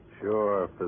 Sure